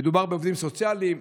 מדובר בעובדים סוציאליים,